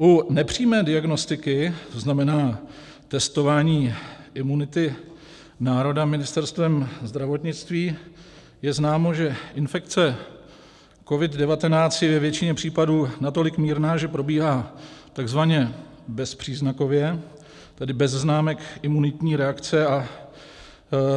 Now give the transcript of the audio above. U nepřímé diagnostiky, to znamená testování imunity národa Ministerstvem zdravotnictví, je známo, že infekce COVID19 je ve většině případů natolik mírná, že probíhá takzvaně bezpříznakově, tedy bez známek imunitní reakce,